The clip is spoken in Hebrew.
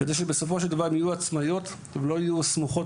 כדי שבסופו של דבר הם יהיו עצמאיות ולא יהיו סמוכות